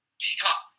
pick-up